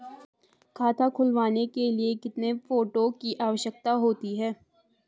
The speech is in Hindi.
खाता खुलवाने के लिए कितने फोटो की आवश्यकता होती है?